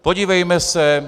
Podívejme se...